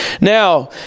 Now